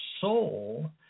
soul